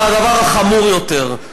אבל הדבר החמור יותר,